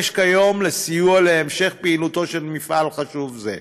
כיום לסיוע להמשך פעילותו של מפעל חשוב זה.